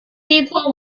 people